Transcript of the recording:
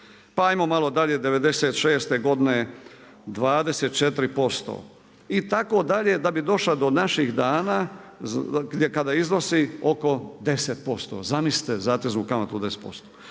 ajmo malo dalje '96. godine 24% itd. da bi došla do naših dana kada iznosi oko 10%. zamislite zateznu kamatu od 10%.